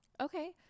okay